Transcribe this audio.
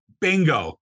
bingo